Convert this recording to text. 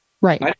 Right